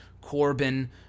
Corbin